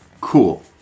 Cool